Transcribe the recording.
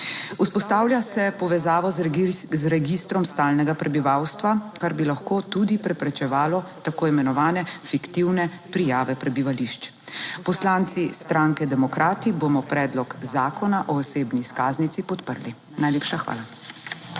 Vzpostavlja se povezavo z Registrom stalnega prebivalstva, kar bi lahko tudi preprečevalo tako imenovane fiktivne prijave prebivališč. Poslanci stranke Demokrati bomo predlog zakona o osebni izkaznici podprli. Najlepša hvala.